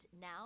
now –